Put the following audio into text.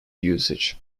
usage